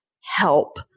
help